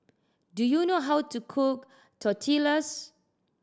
do you know how to cook Tortillas